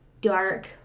dark